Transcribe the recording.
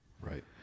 Right